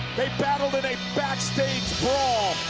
they battled in a backstage